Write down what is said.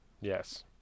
Yes